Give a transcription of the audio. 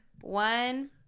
one